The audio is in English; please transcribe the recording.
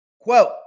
Quote